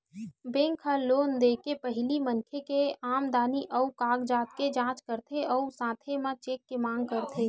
bank ह loan दे के पहिली मनखे के आमदनी अउ कागजात के जाँच करथे अउ साथे म चेक के मांग करथे